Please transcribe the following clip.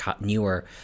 newer